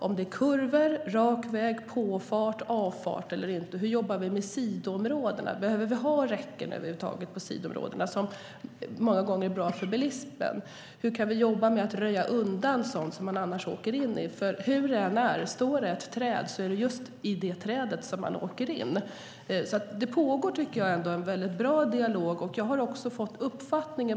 Är det kurvor, rak väg, påfart, avfart och så vidare? Hur jobbar vi med sidoområdena? Behöver vi alls ha räcken där? Många gånger är ju räcken bra för bilister. Hur kan vi då jobba med att röja undan sådant som man annars åker in i? Om det står ett träd där blir det just det trädet som man åker in i. Det pågår en bra dialog, tycker jag.